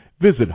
Visit